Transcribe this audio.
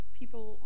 people